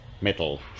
metal